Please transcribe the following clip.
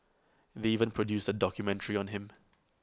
they even produced A documentary on him